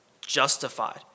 justified